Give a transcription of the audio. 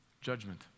judgment